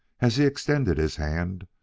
as he extended his hand,